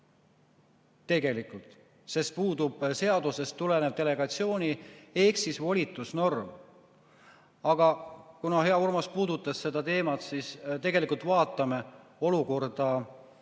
Tegelikult. Sest puudub seadusest tulenev delegatsiooni- ehk volitusnorm. Aga kuna hea Urmas puudutas seda teemat, siis tegelikult vaatame olukorda,